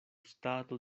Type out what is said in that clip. stato